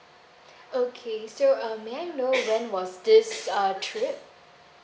okay so uh may I know when was this uh trip